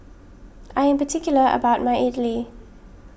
I am particular about my Idili